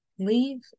Leave